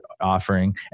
offering